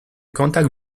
contact